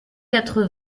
quatre